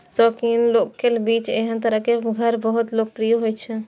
शौकीन लोगक बीच एहन तरहक घर बहुत लोकप्रिय होइ छै